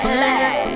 Black